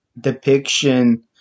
depiction